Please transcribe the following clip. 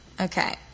Okay